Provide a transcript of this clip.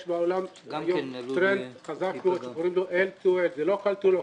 יש בעולם היום טרנד חזק מאוד שקוראים לו L TO L זה local to local,